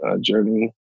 journey